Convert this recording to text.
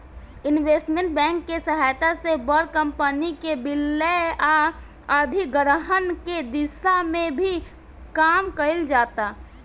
investment bank के सहायता से बड़ कंपनी के विलय आ अधिग्रहण के दिशा में भी काम कईल जाता